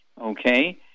okay